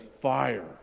fire